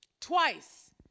Twice